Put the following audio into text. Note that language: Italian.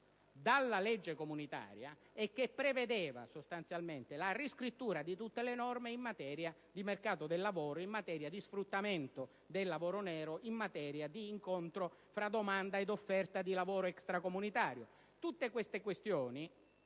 dalla legge comunitaria e che prevedeva sostanzialmente la riscrittura di tutte le norme in materia di mercato del lavoro, e di sfruttamento del lavoro nero, e di incontro tra domanda ed offerta di lavoro extracomunitario. Tutti questi temi